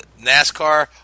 NASCAR